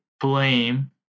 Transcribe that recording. blame